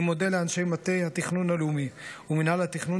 אני מודה לאנשי מטה התכנון הלאומי ומינהל התכנון,